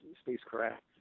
spacecraft